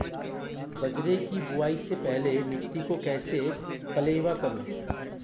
बाजरे की बुआई से पहले मिट्टी को कैसे पलेवा करूं?